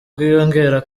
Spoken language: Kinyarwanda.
bwiyongera